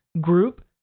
group